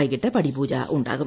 വൈകിട്ട് പടിപൂജ ഉണ്ടാകും